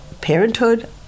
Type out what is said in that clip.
Parenthood